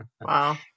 Wow